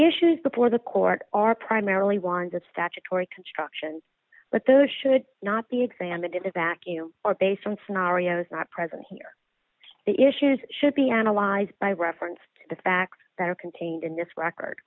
issues before the court are primarily ones of statutory construction but those should not be examined in a vacuum or based on scenarios not present here the issues should be analyzed by reference to the facts that are contained in this record